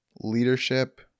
leadership